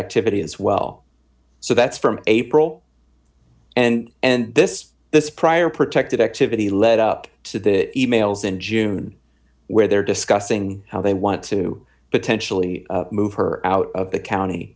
activity as well so that's from april and and this this prior protected activity lead up to the e mails in june where they're discussing how they want to potentially move her out of the county